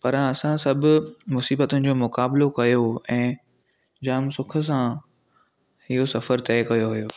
पर असां सभु मुसीबतुनि जो मुकाबलो कयो ऐं जाम सुख सां इहो सफ़रु तए कयो हुओ